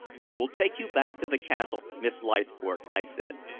i will take you back to the castle, miss leithcourt, i said.